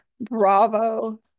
bravo